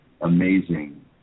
amazing